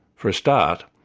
for a start,